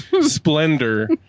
splendor